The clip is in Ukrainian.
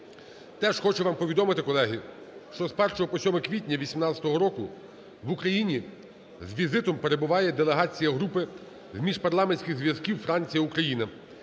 Теж хочу вам повідомити, колеги, що з 1-го по 7 квітня 18-го року в Україні з візитом перебуває делегація групи з міжпарламентських зв'язків Франція-Україна